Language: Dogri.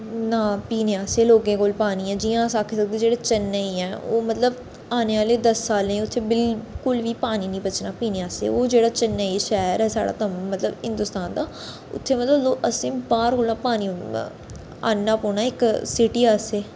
ना पीने आस्तै लोकें कोल पानी ऐ जियां अस आक्खी सकने जेह्ड़े चन्नेई ऐ ओह् मतलब आने आह्ले दस सालें मतलब उत्थें बिल्कुल बी पानी नी बचना पीने आस्तै ओह् जेह्ड़ा चन्नेई शैह्र ऐ साढ़ा तां मतलब हिंदोस्तान दा उत्थें मतलब असें बाह्र कोला पानी आह्नना पौना ऐ इक सिटी आस्तै